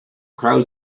crowd